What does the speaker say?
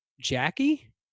Jackie